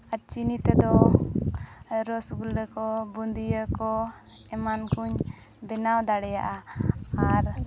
ᱟᱨ ᱪᱤᱱᱤ ᱛᱮᱫᱚ ᱨᱚᱥᱜᱩᱞᱞᱟᱹ ᱠᱚ ᱵᱩᱸᱫᱤᱭᱟᱹ ᱠᱚ ᱮᱢᱟᱱ ᱠᱩᱧ ᱵᱮᱱᱟᱣ ᱫᱟᱲᱮᱭᱟᱜᱼᱟ ᱟᱨ